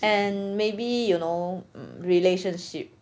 and maybe you know mm relationship